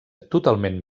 totalment